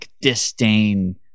disdain